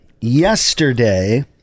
yesterday